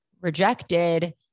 rejected